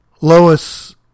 Lois